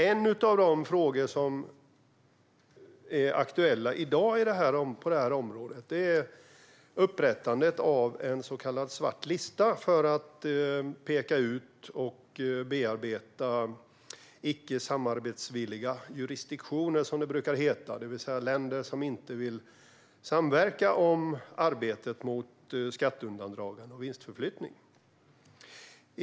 En av de frågor som är aktuella i dag på detta område gäller upprättandet av en så kallad svart lista för att peka ut och bearbeta icke samarbetsvilliga jurisdiktioner, som det brukar heta, det vill säga länder som inte vill samverka i arbetet mot skatteundandragande och vinstförflyttning.